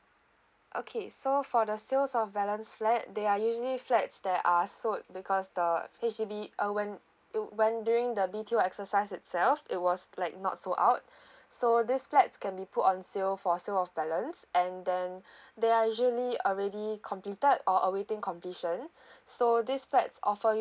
okay so for the sales of balance flat they are usually flats that are sold because the H_D_B uh when uh when during the B_T_O exercise itself it was like not sold out so these flats can be put on sale for sale of balance and then they are usually already completed or awaiting completion so these flats offer you